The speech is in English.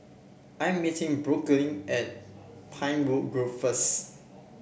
I am meeting Brooklyn at Pinewood Grove first